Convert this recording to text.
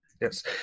Yes